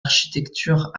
architecture